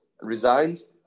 Resigns